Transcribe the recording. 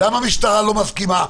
למה המשטרה לא מסכימה?